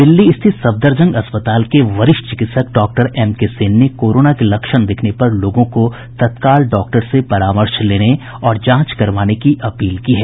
दिल्ली स्थित सफदरजंग अस्पताल के वरिष्ठ चिकित्सक डॉक्टर एम के सेन ने कोरोना के लक्षण दिखने पर लोगों को तत्काल डॉक्टर से परामर्श लेने और जांच करवाने की अपील की है